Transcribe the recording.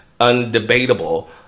undebatable